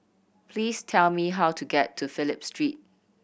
please tell me how to get to Phillip Street